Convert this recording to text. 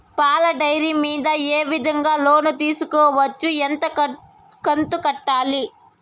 పాల డైరీ మీద ఏ విధంగా లోను తీసుకోవచ్చు? ఎంత కంతు కట్టాలి?